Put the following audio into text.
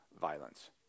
violence